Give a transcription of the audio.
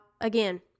again